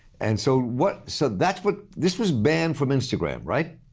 and so what so that's what this was banned from instagram, right?